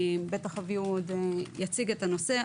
בטח אביהו עוד יציג את הנושא,